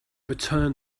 returned